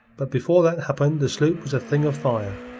but before that happened the sloop was a thing of fire,